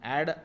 Add